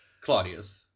Claudius